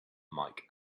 mike